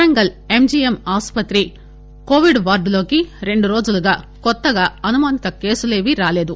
Warangal MGM ఆస్పత్రి Covid వార్డులోకి రెండు రోజులుగా కొత్తగా అనుమానిత కేసులు రాలేదు